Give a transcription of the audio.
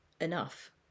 enough